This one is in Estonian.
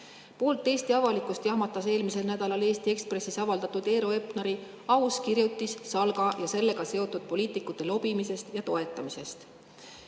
Poolt Eesti avalikkust jahmatas eelmisel nädalal Eesti Ekspressis avaldatud Eero Epneri aus kirjutis Salga ja sellega seotud poliitikute lobimisest ja toetamisest.